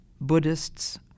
Buddhists